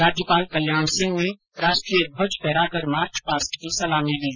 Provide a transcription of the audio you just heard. राज्यपाल कल्याण सिंह ने राष्ट्रीय ध्वज फहराकर मार्चपास्ट की सलामी ली